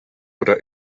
oder